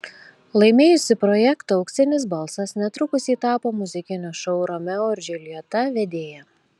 laimėjusi projektą auksinis balsas netrukus ji tapo muzikinio šou romeo ir džiuljeta vedėja